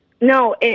No